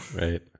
Right